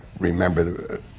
remember